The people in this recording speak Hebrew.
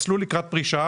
מסלול לקראת פרישה,